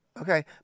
Okay